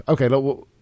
Okay